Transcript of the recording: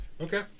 Okay